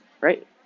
right